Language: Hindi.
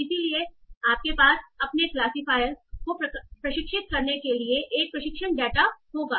इसलिए आपके पास अपने क्लासिफायरियर को प्रशिक्षित करने के लिए एक प्रशिक्षण डेटा होगा